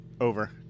Over